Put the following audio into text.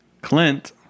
Clint